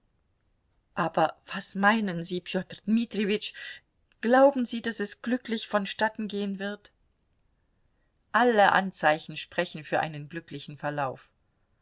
aber was meinen sie peter dmitrijewitsch glauben sie daß es glücklich vonstatten gehen wird alle anzeichen sprechen für einen glücklichen verlauf